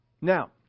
Now